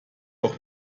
auch